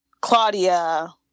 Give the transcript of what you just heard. Claudia